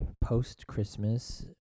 post-Christmas